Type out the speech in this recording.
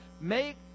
make